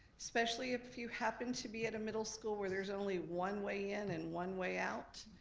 especially if you happen to be at a middle school where there's only one way in and one way out,